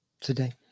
Today